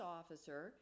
officer